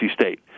State